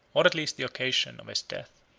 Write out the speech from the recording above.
or at least the occasion, of his death.